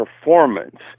performance